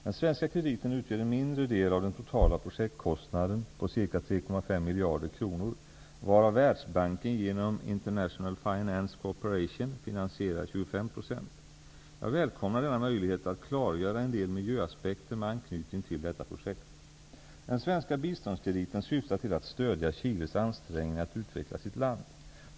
Den svenska krediten utgör en mindre del av den totala projektkostnaden på ca 3,5 miljarder kronor, varav Världsbanken genom International Finance Corporation finansierar 25 %. Jag välkomnar denna möjlighet att klargöra en del miljöaspekter med anknytning till detta projekt. Den svenska biståndskrediten syftar till att stödja Chiles ansträngningar att utveckla sitt land.